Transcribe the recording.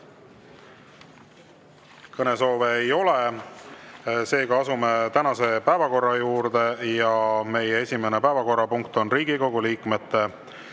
Kõnesoove ei ole. Seega asume tänase päevakorra juurde. Meie esimene päevakorrapunkt on Riigikogu liikmete